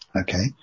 Okay